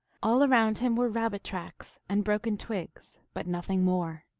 all around him were rabbits tracks and broken twigs, but nothing more.